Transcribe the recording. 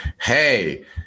hey